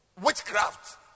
witchcraft